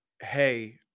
Hey